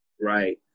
Right